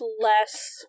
less